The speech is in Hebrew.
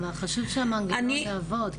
אבל חשוב שהמנגנון יעבוד,